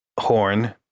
horn